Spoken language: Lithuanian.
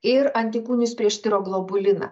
ir antikūnius prieš tiroglobuliną